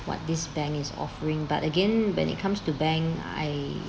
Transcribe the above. what this bank is offering but again when it comes to bank I